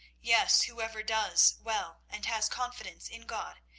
yes whosoever does well and has confidence in god,